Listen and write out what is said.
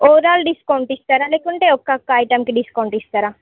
overall discount ఇస్తారా లేకుంటే ఒక్కొక్క ఐటెంకి డిస్కౌంట్ ఇస్తారా